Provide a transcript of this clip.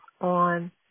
on